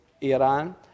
Iran